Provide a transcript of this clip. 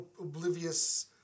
oblivious